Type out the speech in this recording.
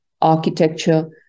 architecture